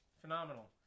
Phenomenal